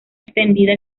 extendida